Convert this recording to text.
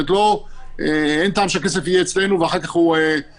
זאת אומרת שאין טעם שהכסף יהיה אצלנו ואחר כך יימחק